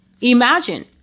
Imagine